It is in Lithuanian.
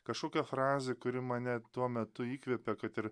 kažkokią frazę kuri mane tuo metu įkvepia kad ir